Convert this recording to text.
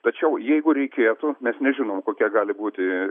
tačiau jeigu reikėtų mes nežinom kokia gali būti